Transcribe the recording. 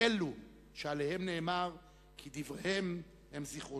אלו שעליהם נאמר כי "דבריהם, הם זיכרונם".